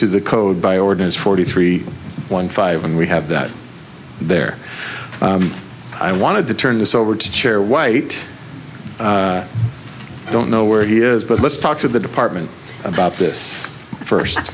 to the code by ordinance forty three one five and we have that there i wanted to turn this over to chair white i don't know where he is but let's talk to the department about this first